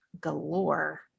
galore